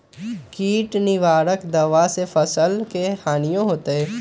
किट निवारक दावा से फसल के हानियों होतै?